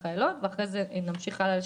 זו לא בדיוק